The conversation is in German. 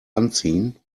anziehen